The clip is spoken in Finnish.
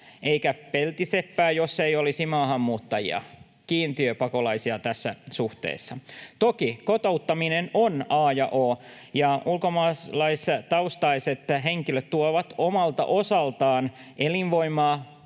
eikä peltiseppää, jos ei olisi maahanmuuttajia, kiintiöpakolaisia tässä suhteessa. Toki kotouttaminen on a ja o, ja ulkomaalaistaustaiset henkilöt tuovat omalta osaltaan elinvoimaa